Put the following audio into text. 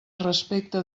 respecte